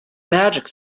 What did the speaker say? magic